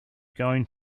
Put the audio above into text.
going